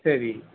சரி